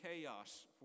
chaos